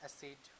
Acid